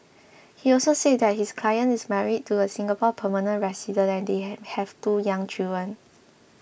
he also said that his client is married to a Singapore permanent resident and hey have two young children